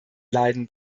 leiden